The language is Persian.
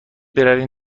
برویم